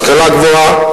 השכלה גבוהה.